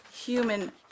human